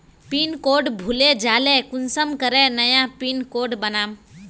Pin code भूले जाले कुंसम करे नया पिन कोड बनाम?